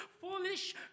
foolish